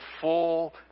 full